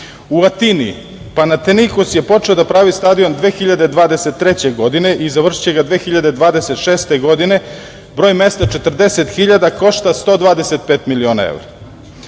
Atini, Panatenaikos je počeo da pravi stadion 2023. godine i završiće ga 2026. godine, broj mesta 40 hiljada i košta 125 miliona